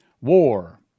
war